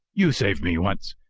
you saved me once,